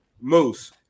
Moose